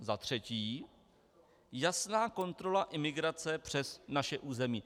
Za třetí jasná kontrola imigrace přes naše území.